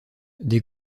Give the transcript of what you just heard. des